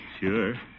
Sure